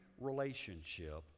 relationship